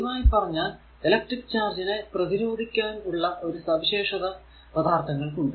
പൊതുവായി പറഞ്ഞാൽ ഇലക്ട്രിക്ക് ചാർജിനെ പ്രതിരോധിക്കാൻ ഉള്ള ഒരു സവിശേഷത പദാർത്ഥങ്ങൾക്ക് ഉണ്ട്